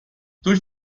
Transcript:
durch